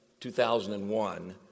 2001